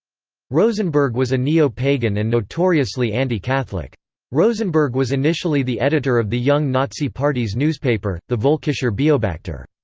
rosenberg was a neo-pagan and notoriously anti-catholic. rosenberg was initially the editor of the young nazi party's newspaper, the volkischer beobachter.